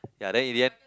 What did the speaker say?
ya then in the end